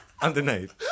Underneath